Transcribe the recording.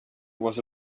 was